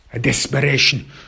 desperation